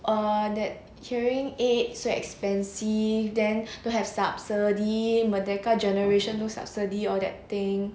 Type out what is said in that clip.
err that hearing aid so expensive then don't have subsidy merdeka generation no subsidy or that thing